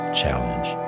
challenge